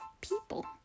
people